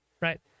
right